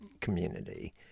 community